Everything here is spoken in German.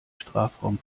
strafraum